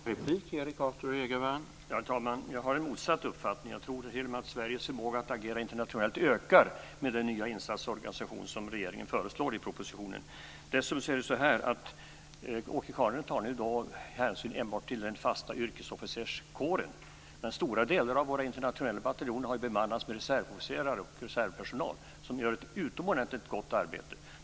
Herr talman! Jag har motsatt uppfattning. Jag tror t.o.m. att Sveriges förmåga att agera internationellt ökar med den nya insatsorganisation som regeringen föreslår i propositionen. Dessutom tar Åke Carnerö i dag hänsyn enbart till den fasta yrkesofficerskåren, men stora delar av våra internationella bataljoner har ju bemannats med reservofficerare och reservpersonal, som gör ett utomordentligt gott arbete.